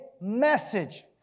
message